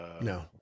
no